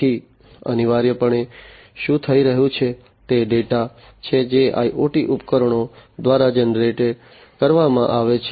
તેથી અનિવાર્યપણે શું થઈ રહ્યું છે તે ડેટા છે જે IoT ઉપકરણો દ્વારા જનરેટ કરવામાં આવે છે